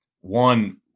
one